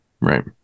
right